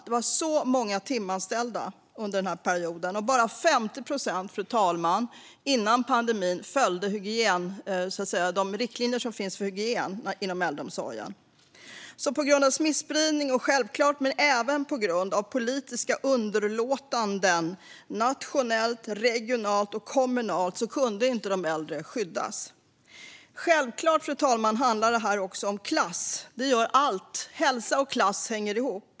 Det var så många timanställda under den här perioden, och bara 50 procent, fru talman, följde före pandemin de riktlinjer som finns för hygien inom äldreomsorgen. På grund av smittspridning och självklart även på grund av politisk underlåtenhet nationellt, regionalt och kommunalt kunde inte de äldre skyddas. Fru talman! Självklart handlar det här också om klass. Det gör allt; hälsa och klass hänger ihop.